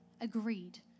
agreed